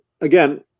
again